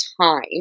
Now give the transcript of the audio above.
time